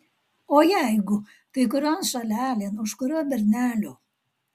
o jeigu tai kurion šalelėn už kurio bernelio